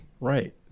right